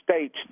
states